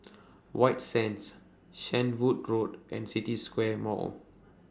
White Sands Shenvood Road and City Square Mall